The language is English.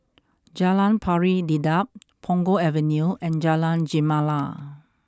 Jalan Pari Dedap Punggol Avenue and Jalan Gemala